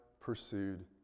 pursued